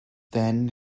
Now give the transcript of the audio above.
then